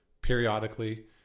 periodically